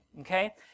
Okay